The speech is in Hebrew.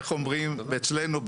איך אומרים אצלנו?